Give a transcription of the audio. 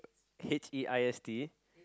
H E I S T